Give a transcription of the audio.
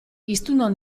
hiztunon